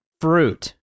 fruit